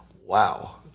Wow